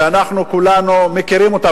שאנחנו כולנו מכירים אותה,